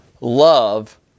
love